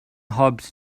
hobs